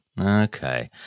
Okay